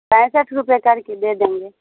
پینسٹھ روپے کر کے دے دیں گے